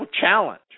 challenge